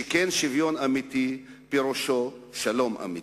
שכן שוויון אמיתי פירושו שלום אמיתי.